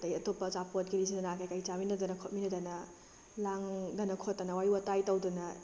ꯑꯗꯨꯗꯩ ꯑꯇꯣꯞꯄ ꯑꯆꯥꯄꯣꯠ ꯀꯦꯂꯤꯆꯅꯥ ꯀꯩꯀꯩ ꯆꯥꯃꯤꯟꯅꯗꯅ ꯈꯣꯠꯃꯤꯟꯅꯗꯅ ꯂꯥꯡꯗꯅ ꯈꯣꯠꯇꯅ ꯋꯥꯔꯤ ꯋꯥꯇꯥꯏ ꯇꯧꯗꯅ